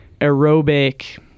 aerobic